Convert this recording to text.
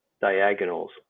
diagonals